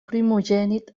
primogènit